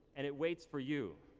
and it waits for you.